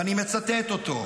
ואני מצטט אותו: